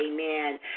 Amen